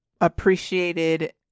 appreciated